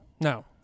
No